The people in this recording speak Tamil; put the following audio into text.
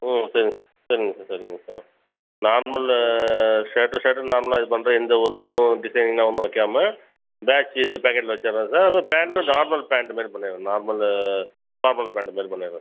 ம் சரிங்க சரிங்க சார் சரிங்க சார் நார்மல் ஷர்ட்டும் ஷர்ட்டும் நார்மலாக இது பண்ணுறேன் எந்த ஒரு இதுவும் டிசைனிங்கெலாம் ஒன்றும் வைக்காம பேட்ச்சு பேக்கெட்டில் வைச்சுட்றேன் சார் அதுவும் பேண்ட்டும் நார்மல் பேண்ட் மாரி பண்ணிடறேன் நார்மலு நார்மல் பேண்ட் மாரி பண்ணிடறேன் சார்